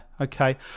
Okay